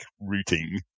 routing